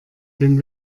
den